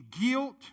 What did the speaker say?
guilt